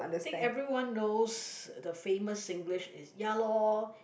think everyone knows the famous Singlish is ya lor